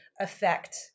affect